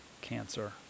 cancer